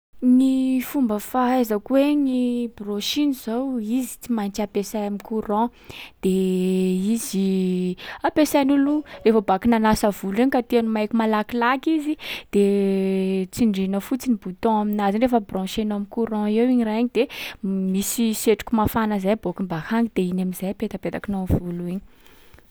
Gny fomba fahaizako hoe gny brushing zao, izy tsy maintsy ampesay am'courant. De izy ampesain’olo rehefa baka nanasa volo iny ka tiàny maiky malakilaky izy, de tsindriana fotsiny bouton amin’azy iny. Rehefa brancher-na amin’courant eo igny raha iny de misy setroky mafana zay aboakiny bakany de iny am’zay apetapetakinao am'volo igny.